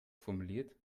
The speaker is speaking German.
formuliert